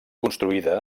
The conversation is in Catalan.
construïda